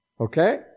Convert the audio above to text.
okay